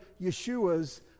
Yeshua's